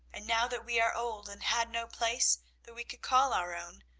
and now that we are old and had no place that we could call our own,